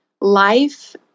life